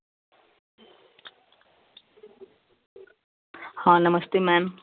हाँ नमस्ते मेम